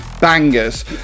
bangers